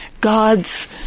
God's